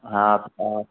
हाँ तो और